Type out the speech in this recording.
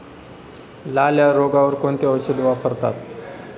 लाल्या रोगावर कोणते औषध वापरतात?